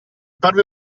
parve